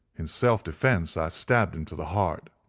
in self-defence i stabbed him to the heart.